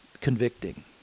convicting